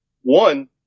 One